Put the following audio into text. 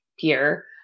peer